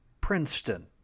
Princeton